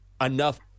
enough